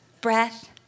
breath